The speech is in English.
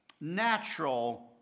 natural